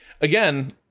again